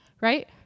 Right